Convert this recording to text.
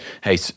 hey